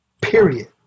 period